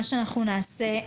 מה שאנחנו נעשה,